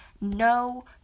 no